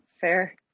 Fair